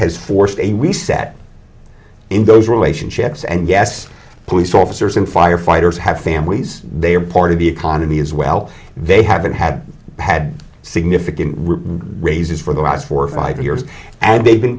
has forced a reset in those relationships and yes police officers and firefighters have families they are part of the economy as well they haven't had had significant raises for the last four or five years and they've been